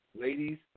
Ladies